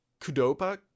Kudopa